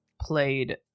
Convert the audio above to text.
played